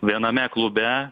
viename klube